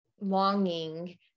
longing